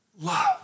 love